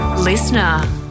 Listener